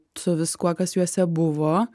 su viskuo kas juose buvo